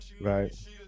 Right